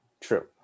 True